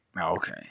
Okay